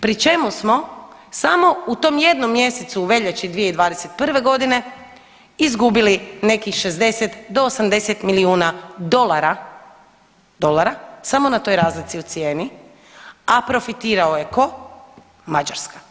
Pri čemu samo u tom jednom mjesecu u veljači 2021. godine izgubili nekih 60 do 80 milijuna dolara, dolara, samo na toj razlici u cijeli, a profitirao je tko, Mađarska.